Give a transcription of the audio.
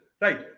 Right